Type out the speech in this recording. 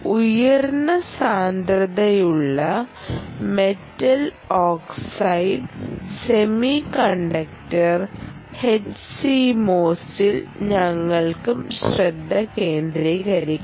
ഉയർന്ന സാന്ദ്രതയുള്ള metal oxide semi കണ്ടക്ടറിൽ HCMOS ൽ ഞങ്ങൾക്കും ശ്രദ്ധ കേന്ദ്രീകരിക്കാം